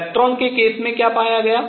electron के case में क्या पाया गया